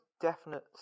definite